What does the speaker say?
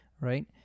right